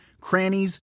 crannies